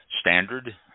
standard